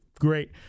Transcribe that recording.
Great